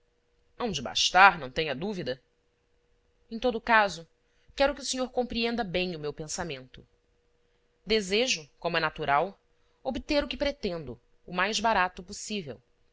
de bastar não tenha dúvida em todo o caso quero que o senhor compreenda bem o meu pensamento desejo como é natural obter o que pretendo o mais barato possível